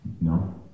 No